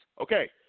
Okay